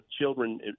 children